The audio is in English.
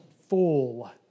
full